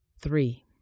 Three